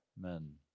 men